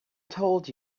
told